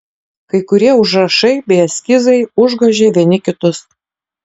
kai kurie užrašai bei eskizai užgožė vieni kitus